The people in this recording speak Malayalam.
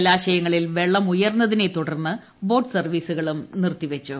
ജലാശയങ്ങളിൽ വെള്ളം ഉയർന്നതിനെ തുടർന്ന് ബോട്ടു സർവ്വീസുകളും നിറുത്തിവെച്ചു